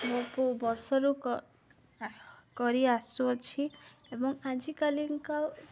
ମୋ ବର୍ଷରୁ କରି ଆସୁଅଛି ଏବଂ ଆଜିକାଲିିକା